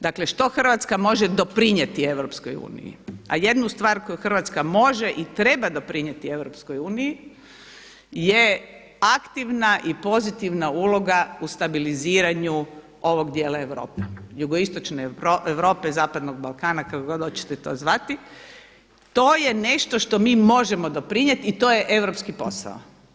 Dakle, što Hrvatska može doprinijeti EU, a jednu stvar koju Hrvatska može i treba doprinijeti EU je aktivna i pozitivna uloga u stabiliziranju ovog dijela Europe, Jugoistočne Europe i Zapadnog Balkana kako god hoćete to zvati, to je nešto što mi možemo doprinijeti i to je europski posao.